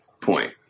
point